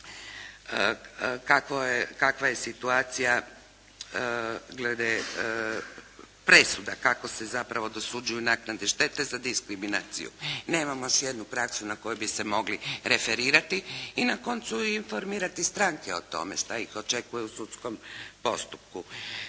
kakva je situacija glede presuda, kako se zapravo dosuđuju naknade štete za diskriminaciju. Nemamo još jednu praksu na kojoj bi se mogli referirati i na koncu informirati i stranke o tome šta ih očekuje u sudskom postupku.